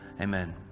amen